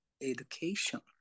education